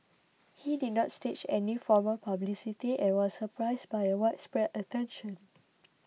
he did not stage any formal publicity and was surprised by the widespread attention